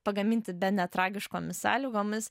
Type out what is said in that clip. pagaminti bene tragiškomis sąlygomis